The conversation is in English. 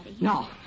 No